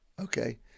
okay